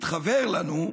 התחוור לנו,